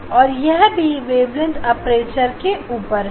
और यह भी वेवफ्रंट अपर्चर के ऊपर है